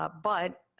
ah but,